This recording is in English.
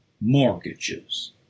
mortgages